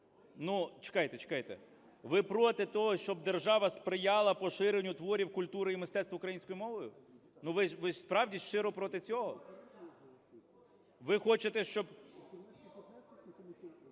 Ну, чекайте, чекайте, ви проти того, щоб держава сприяла поширенню творів культури і мистецтв українською мовою? Ви ж справді щиро проти цього? Ви хочете, щоб…